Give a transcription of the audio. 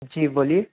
जी बोलिए